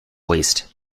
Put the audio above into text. waste